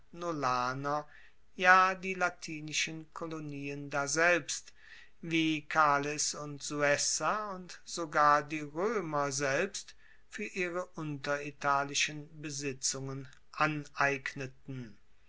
ja die latinischen kolonien daselbst wie cales und suessa und sogar die roemer selbst fuer ihre unteritalischen besitzungen aneigneten